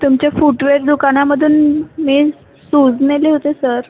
तुमच्या फूटवेअर दुकानामधून मी सूज नेले होते सर